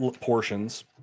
portions